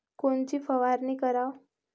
कोनची फवारणी कराव?